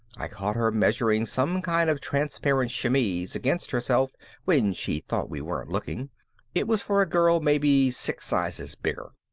i caught her measuring some kind of transparent chemise against herself when she thought we weren't looking it was for a girl maybe six sizes bigger.